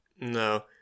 No